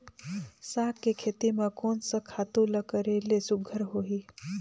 साग के खेती म कोन स खातु ल करेले सुघ्घर होही?